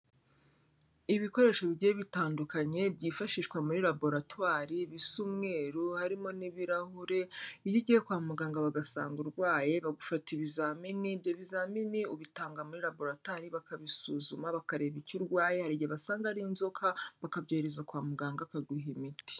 Ibikoresho bigiye bitandukanye byifashishwa muri laboratwari, bisa umweru, harimo n'ibirahure, iyo ugiye kwa muganga bagasanga urwaye, bagufata ibizamini, ibyo bizamini ubitanga muri laboratwari, bakabisuzuma bakareba icyo urwaye, hari igihe basanga ari inzoka, bakabyohereza kwa muganga, bakaguha imiti.